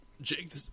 Jake